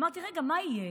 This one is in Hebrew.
אמרתי: רגע, מה יהיה?